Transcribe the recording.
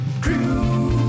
crew